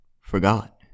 forgot